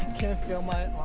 can see my